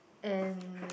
and